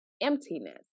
emptiness